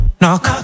knock